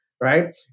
Right